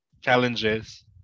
challenges